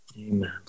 Amen